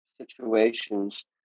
situations